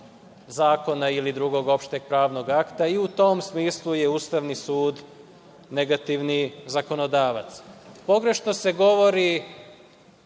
zakona ili drugog opšteg pravnog akta. I u tom smislu je Ustavni sud negativni zakonodavac. Pogrešno se govori